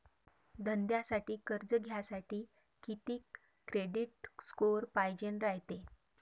धंद्यासाठी कर्ज घ्यासाठी कितीक क्रेडिट स्कोर पायजेन रायते?